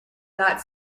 not